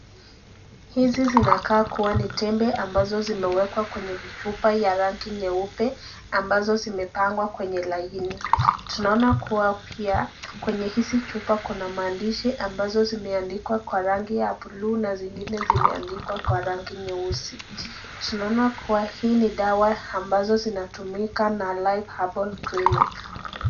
Hizi zinakaa kuwa ni tembe ambazo zimewekwa kwenye chupa ya rangi nyeupe ambazo zimepangwa kwenye laini. Tunaona kuwa pia kwenye hizi chupa kuna maandishi ambazo zimeandikwa kwa rangi ya bluu na zingine zimeandikwa kwa rangi nyeusi. Tunaona kuwa hii dawa ambazo zinatumika na(cs) Life Herbal Clinic(cs).